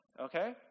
okay